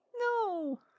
No